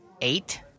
Eight